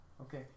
Okay